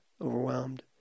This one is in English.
overwhelmed